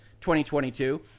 2022